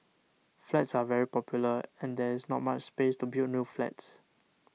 flats are very popular and there is not much space to build new flats